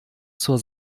zur